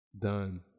Done